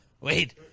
Wait